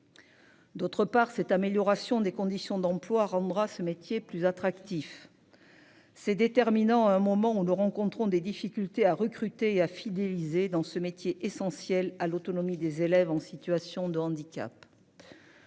D'autre part, cette amélioration des conditions d'emploi rendra ce métier plus attractif. C'est déterminant à un moment où nous rencontrons des difficultés à recruter et à fidéliser dans ce métier essentiel à l'autonomie des élèves en situation de handicap.--